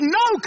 no